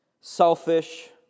selfish